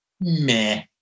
meh